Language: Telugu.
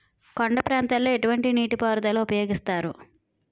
కొండ ప్రాంతాల్లో ఎటువంటి నీటి పారుదల ఉపయోగిస్తారు?